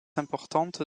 importante